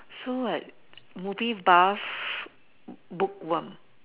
so what movie Puff bookworm